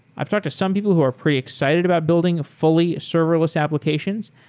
i've talked to some people who are pretty excited about building fully serverless applications.